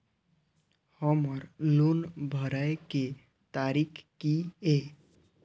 हमर लोन भरय के तारीख की ये?